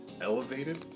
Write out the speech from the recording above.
elevated